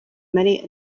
many